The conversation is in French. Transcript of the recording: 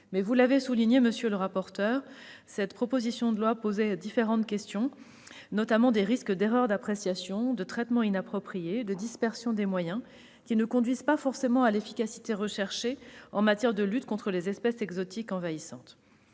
comme vous l'avez souligné, monsieur le rapporteur, cette proposition de loi soulevait différentes questions, notamment des risques d'erreur d'appréciation, de traitement inapproprié, de dispersion des moyens, qui ne conduisent pas forcément à l'efficacité recherchée en matière de lutte contre les espèces exotiques envahissantes.